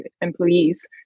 employees